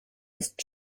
ist